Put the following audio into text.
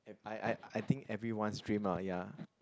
I I I think everyone's dream ah ya